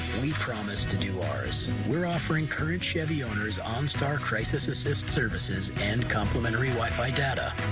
we promise to do ours. we're offering current chevy owners onstar crisis assist services and complimentary wifi data.